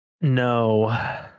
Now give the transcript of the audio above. No